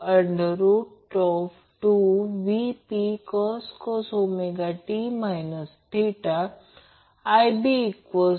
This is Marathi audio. तर एकूण average power P a P b P c 3 P p असेल तर ती 3 Vp I p cos असेल